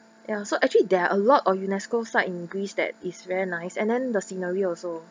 ya so actually there are a lot of UNESCO site in greece that is very nice and then the scenery also